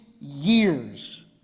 years